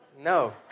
No